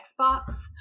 Xbox